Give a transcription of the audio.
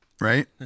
right